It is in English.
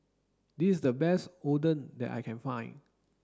this is the best Oden that I can find